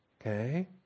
Okay